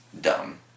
dumb